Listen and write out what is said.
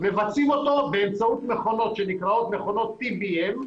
מבצעים אותו באמצעות מכונות שנקראות מכונות TBM,